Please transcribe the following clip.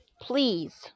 please